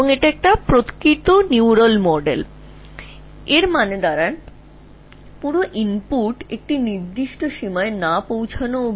এটি একটি আসল স্নায়বিক মডেল যা একটি threshold logic unit তার মানে যদি না পুরো ইনপুট একটি সীমা মানের দিকে না যায় তবে কোনও আউটপুটও থাকবে না